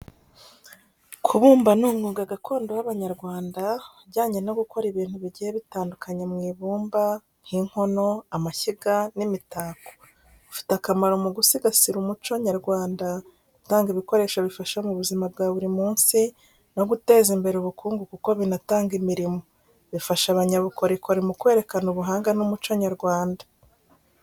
Kubumba ni umwuga gakondo w’Abanyarwanda ujyanye no gukora ibintu bigiye bitandukanye mu ibumba, nk’inkono, amashyiga, n’imitako. Ufite akamaro mu gusigasira umuco nyarwanda, gutanga ibikoresho bifasha mu buzima bwa buri munsi, no guteza imbere ubukungu kuko binatanga imirimo, bigafasha, abanyabukorikori mu kwerekana ubuhanga n’umuco nyarwanda.